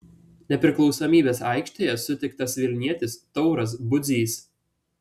nepriklausomybės aikštėje sutiktas vilnietis tauras budzys